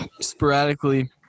sporadically